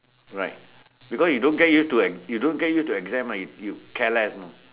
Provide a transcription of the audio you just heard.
right because you don't get you you don't get you to exam you care less mah